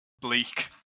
bleak